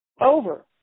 Over